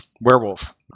werewolf